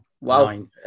wow